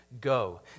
go